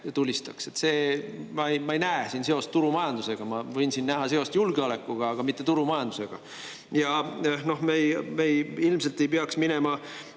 tulistaks. Ma ei näe siin seost turumajandusega. Ma võin siin näha seost julgeolekuga, aga mitte turumajandusega.Me ilmselt ei peaks minema